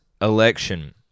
election